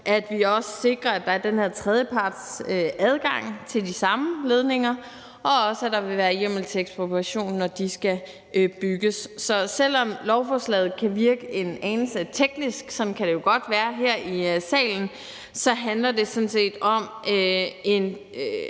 at vi også sikrer, at der er den her tredjepartsadgang til de samme ledninger, og også, at der vil være hjemmel til ekspropriation, når de skal bygges. Så selv om lovforslaget kan virke en anelse teknisk – sådan kan det jo godt være her i salen – handler det sådan set om et